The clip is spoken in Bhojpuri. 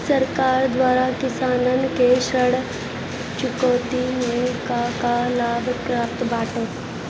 सरकार द्वारा किसानन के ऋण चुकौती में का का लाभ प्राप्त बाटे?